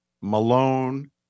Malone